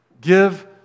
give